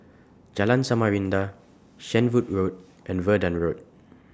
Jalan Samarinda Shenvood Road and Verdun Road